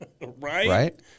Right